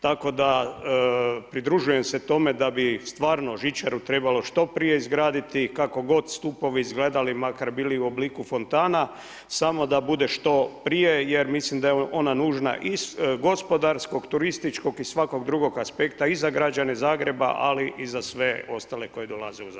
Tako da pridružujem se tome da bi stvarno žičaru trebalo što prije izgraditi kako god stupovi izgledali makar bili u obliku fontana, samo da bude što prije jer mislim da je ona nužna iz gospodarskog, turističkog i svakog drugog aspekta i za građane grada Zagreba ali i za sve ostale koje dolaze u Zagreb.